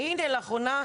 והנה לאחרונה,